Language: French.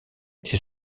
est